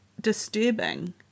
disturbing